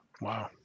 Wow